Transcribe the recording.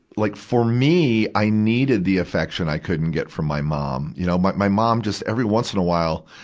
like for me, i needed the affection i couldn't get from my mom. you know, my, my mom just, every once in a while,